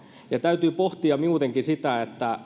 täytyy pohtia muutenkin sitä onko